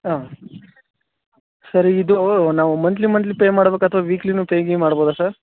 ಹಾಂ ಸರಿ ಇದು ನಾವು ಮಂತ್ಲಿ ಮಂತ್ಲಿ ಪೇ ಮಾಡಬೇಕಾ ಅಥವಾ ವೀಕ್ಲಿಯೂ ಪೇ ಗೀ ಮಾಡ್ಬೋದಾ ಸರ್